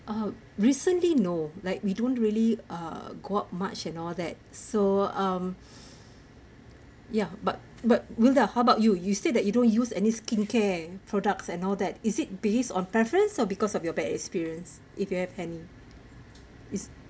uh recently no like we don't really uh go out much and all that so um ya but but wildah how about you you said that you don't use any skincare products and all that is it based on preference or because of your bad experience if you have any is